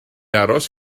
aros